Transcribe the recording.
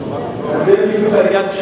זה בדיוק העניין,